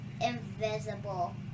invisible